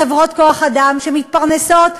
חברות כוח-אדם שמתפרנסות,